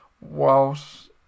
Whilst